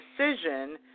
decision